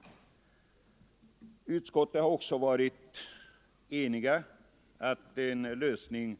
Inom utskottet har vi varit eniga om att en lösning